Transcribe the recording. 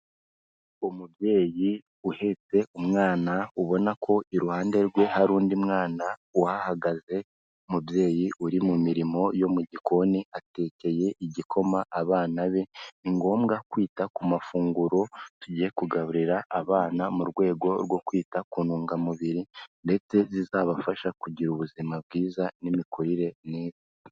Umubyeyi uhetse umwana ubona ko iruhande rwe hari undi mwana uhagaze, umubyeyi uri mu mirimo yo mu gikoni, atekeye igikoma abana be, ni ngombwa kwita ku mafunguro tugiye kugaburira abana mu rwego rwo kwita ku ntungamubiri ndetse zizabafasha kugira ubuzima bwiza n'imikurire myiza.